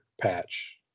patch